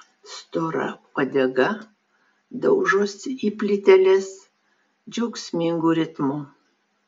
stora uodega daužosi į plyteles džiaugsmingu ritmu